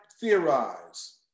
theorize